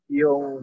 yung